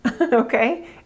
Okay